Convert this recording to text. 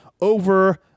over